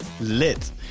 lit